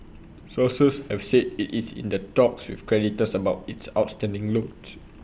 sources have said IT is in the talks with creditors about its outstanding loans